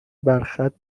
برخط